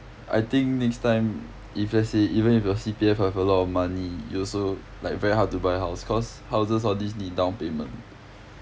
I think next time if let's say even if your C_P_F have a lot of money you also like very hard to buy house cause houses all this need down payment